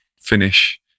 finish